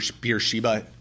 Beersheba